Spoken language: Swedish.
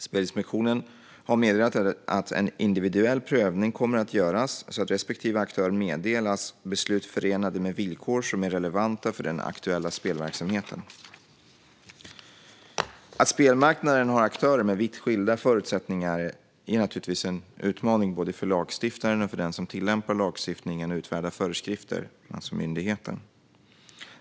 Spelinspektionen har meddelat att en individuell prövning kommer att göras så att respektive aktör meddelas beslut förenade med villkor som är relevanta för den aktuella spelverksamheten. Att spelmarknaden har aktörer med vitt skilda förutsättningar är naturligtvis en utmaning både för lagstiftaren och för den som tillämpar lagstiftningen och utfärdar föreskrifter, alltså myndigheten.